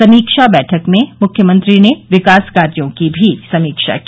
समीक्षा बैठक में मुख्यमंत्री ने विकास कार्यो की भी समीक्षा की